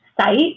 site